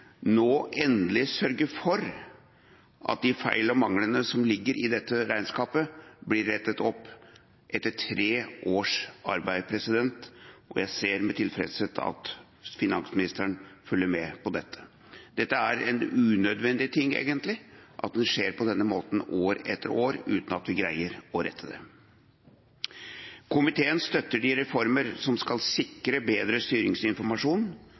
endelig å sørge for at de feil og mangler som ligger i dette regnskapet, blir rettet opp, etter tre års arbeid, og jeg ser med tilfredshet at finansministeren følger med på dette. Dette er en unødvendig ting, egentlig, at det skjer på denne måten år etter år uten at vi greier å rette det. Komiteen støtter de reformer som skal sikre bedre styringsinformasjon